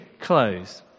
close